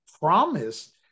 promise